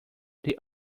they